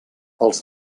els